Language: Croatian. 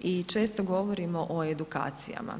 i često govorimo o edukacijama.